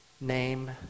name